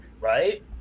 right